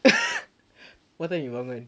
what time you balik